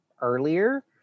earlier